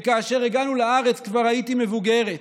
וכאשר הגענו לארץ כבר הייתי מבוגרת.